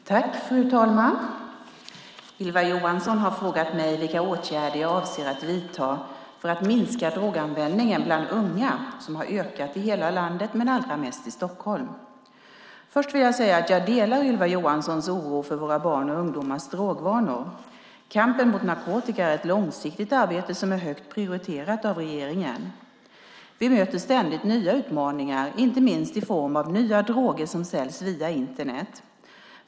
Fru talman! Ylva Johansson har frågat mig vilka åtgärder jag avser att vidta för att minska droganvändningen bland unga som har ökat i hela landet men allra mest i Stockholm. Först vill jag säga att jag delar Ylva Johanssons oro för våra barns och ungdomars drogvanor. Kampen mot narkotika är ett långsiktigt arbete som är högt prioriterat av regeringen. Vi möter ständigt nya utmaningar, inte minst i form av nya droger som säljs via Internet.